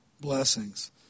blessings